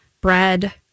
bread